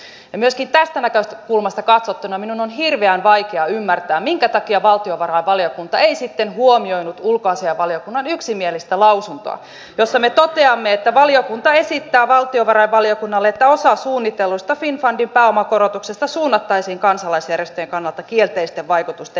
ja myöskin tästä näkökulmasta katsottuna minun on hirveän vaikea ymmärtää mikä takia valtiovarainvaliokunta ei sitten huomioinut ulkoasiainvaliokunnan yksimielistä lausuntoa jossa me toteamme että valiokunta esittää valtiovarainvaliokunnalle että osa suunnitellusta finnfundin pääomakorotuksesta suunnattaisiin kansalaisjärjestöjen kannalta kielteisten vaikutusten lievittämiseen